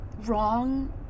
wrong